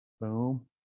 Boom